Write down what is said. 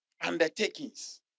undertakings